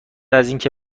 اینکه